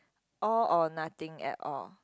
all or nothing at all